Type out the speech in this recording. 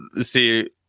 see